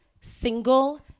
single